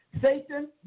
Satan